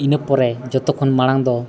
ᱤᱱᱟᱹᱯᱚᱨᱮ ᱡᱚᱛᱚᱠᱷᱚᱱ ᱢᱟᱲᱟᱝ ᱫᱚ